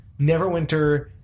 Neverwinter